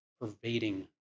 pervading